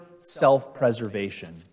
self-preservation